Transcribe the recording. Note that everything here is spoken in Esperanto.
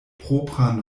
propran